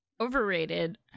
Overrated